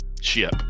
ship